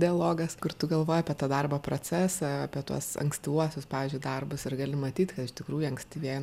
dialogas kur tu galvoji apie tą darbo procesą apie tuos ankstyvuosius pavyzdžiui darbus ir gali matyti iš tikrųjų ankstyvieji